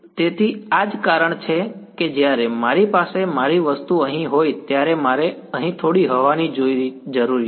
તેથી આ જ કારણ છે કે જ્યારે મારી પાસે મારી વસ્તુ અહીં હોય ત્યારે મારે અહીં થોડી હવા હોવી જરૂરી છે